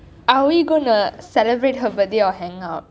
are we going to celebrate her birthday or hangout